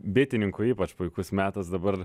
bitininkui ypač puikus metas dabar